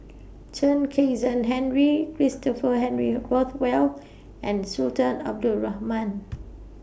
Chen Kezhan Henri Christopher Henry Rothwell and Sultan Abdul Rahman